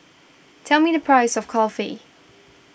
tell me the price of Kulfi